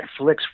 Netflix